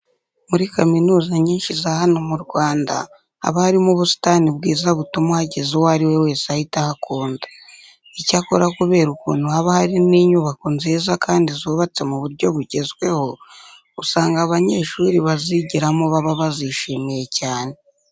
Muri kaminuza nyinshi za hano mu Rwanda haba harimo ubusitani bwiza butuma uhageze uwo ari we wese ahita ahakunda. Icyakora kubera ukuntu haba hari n'inyubako nziza kandi zubatse mu buryo bugezweho, usanga abanyeshuri bazigiramo baba bizishimiye cyane.